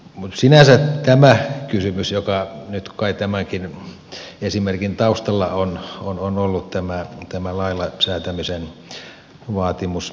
mutta sinänsä tämä kysymys joka nyt kai tämänkin esimerkin taustalla on on ollut tämä lailla säätämisen vaatimus